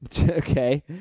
Okay